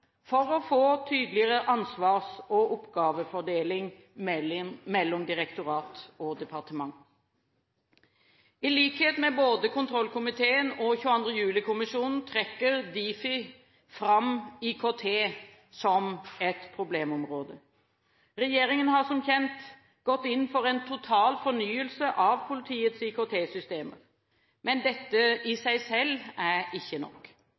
for å få en tydeligere ansvars- og oppgavefordeling mellom direktorat og departement. I likhet med både kontrollkomiteen og 22. juli-kommisjonen trekker Difi fram IKT som et problemområde. Regjeringen har som kjent gått inn for en total fornyelse av politiets IKT-systemer. Men dette i seg selv er ikke nok.